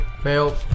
Fail